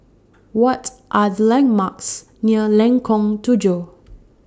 What Are The landmarks near Lengkong Tujuh